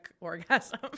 orgasm